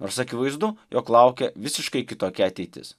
nors akivaizdu jog laukia visiškai kitokia ateitis